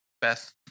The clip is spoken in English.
Beth